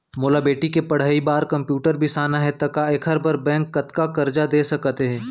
मोला बेटी के पढ़ई बार कम्प्यूटर बिसाना हे त का एखर बर बैंक कतका करजा दे सकत हे?